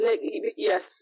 Yes